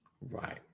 Right